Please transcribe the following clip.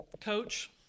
coach